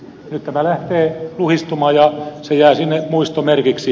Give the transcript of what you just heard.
nyt tämä lähtee luhistumaan ja se jää sinne muistomerkiksi